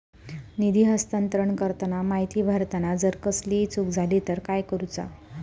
निधी हस्तांतरण करताना माहिती भरताना जर कसलीय चूक जाली तर काय करूचा?